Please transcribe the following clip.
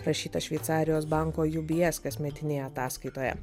rašyta šveicarijos banko ubs kasmetinėje ataskaitoje